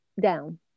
down